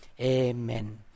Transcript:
Amen